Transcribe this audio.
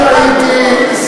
אני הייתי,